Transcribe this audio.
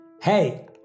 Hey